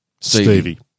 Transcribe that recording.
Stevie